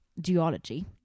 duology